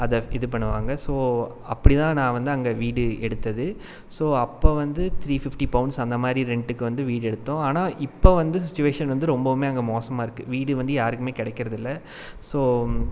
அதை இது பண்ணுவாங்க ஸோ அப்படி தான் நான் வந்து அங்கே வீடு எடுத்தது ஸோ அப்போ வந்து த்ரீ ஃபிஃப்ட்டி பவுன்ட்ஸ் அந்தமாதிரி ரென்ட்டுக்கு வந்து வீடு எடுத்தோம் ஆனால் இப்போ வந்து சுச்சிவேஷன் வந்து ரொம்பவுமே அங்கே மோசமாயிருக்கு வீடு வந்து யாருக்குமே கிடக்கிறதில்ல ஸோ